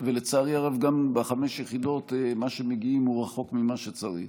ולצערי הרב גם בחמש יחידות מה שמגיעים אליו הוא רחוק ממה שצריך.